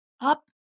up